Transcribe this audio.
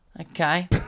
okay